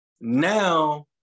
Now